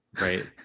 Right